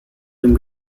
dem